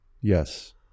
Yes